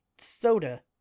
soda